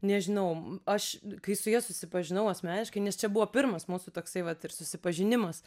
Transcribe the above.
nežinau aš kai su ja susipažinau asmeniškai nes čia buvo pirmas mūsų toksai vat ir susipažinimas